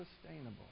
sustainable